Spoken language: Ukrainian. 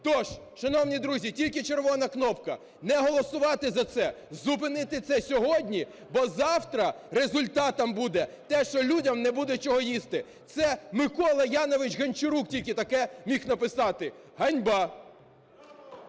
Тож, шановні друзі, тільки червона кнопка, не голосувати за це, зупинити це сьогодні. Бо завтра результатом буде те, що людям не буде чого їсти. Це Микола Янович Гончарук тільки таке міг написати. Ганьба!